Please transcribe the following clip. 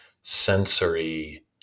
sensory